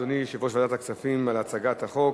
אדוני יושב-ראש ועדת הכספים על הצגת החוק.